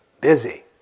Busy